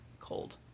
cold